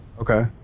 okay